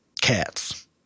cats